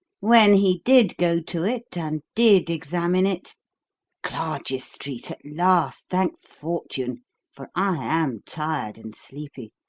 when he did go to it, and did examine it clarges street at last, thank fortune for i am tired and sleepy.